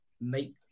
make